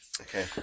Okay